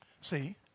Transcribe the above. See